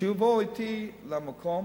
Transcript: שיבוא אתי למקום,